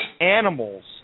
animals